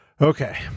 Okay